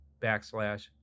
backslash